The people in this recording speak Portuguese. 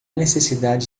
necessidade